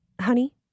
honey